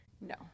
No